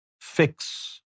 fix